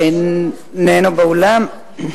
שאיננו באולם,